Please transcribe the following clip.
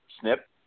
snip